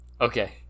okay